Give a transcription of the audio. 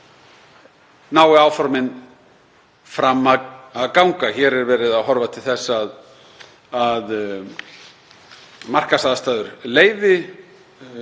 nái áformin fram að ganga. Hér er verið að horfa til þess að markaðsaðstæður leyfi